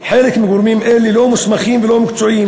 חלק מגורמים אלה לא מוסמכים ולא מקצועיים.